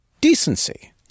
decency